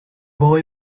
boy